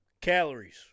Calories